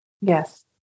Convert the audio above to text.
Yes